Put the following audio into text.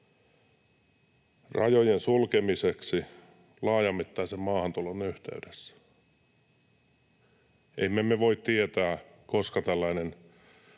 rajojen sulkemiseksi laajamittaisen maahantulon yhteydessä? Emme me voi tietää, koska tällainen